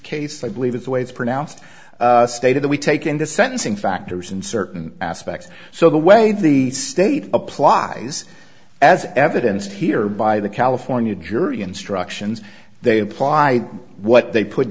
case i believe it's the way it's pronounced stated that we take in the sentencing factors in certain aspects so the way the state applies as evidence here by the california jury instructions they apply what they put